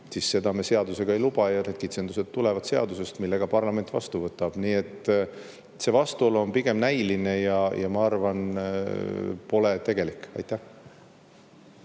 siis seda me seadusega ei luba, ja need kitsendused tulevad seadusest, mille ka parlament vastu võtab. See vastuolu on pigem näiline ja ma arvan, et see pole tegelik. Aitäh!